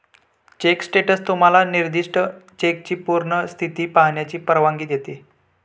check status तुम्हाला निर्दिष्ट चेकची पूर्ण स्थिती पाहण्याची परवानगी देते